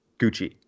Gucci